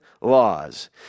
laws